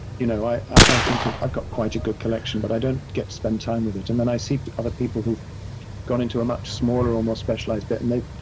you know, i i think i've got quite a good collection, but i don't get to spend time with it. and then i see other people who've gone into a much smaller or more specialized bit, and they've,